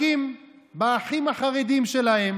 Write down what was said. אבל הכי חשוב,